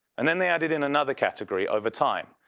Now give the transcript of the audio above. and then they added in another category over time.